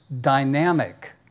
dynamic